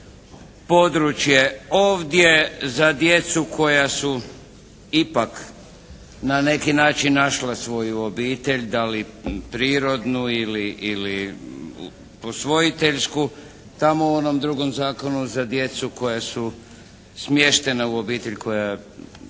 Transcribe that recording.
područje ovdje za djecu koja su ipak na neki način našla svoju obitelj da li prirodnu ili posvojiteljsku. Tamo u onom drugom zakonu za djecu koja su smještena u obitelj koja po